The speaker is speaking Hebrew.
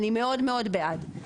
אני מאוד מאוד בעד,